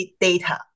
data